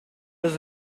los